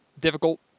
difficult